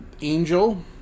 Angel